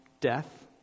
Death